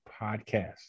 podcast